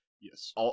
Yes